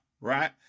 right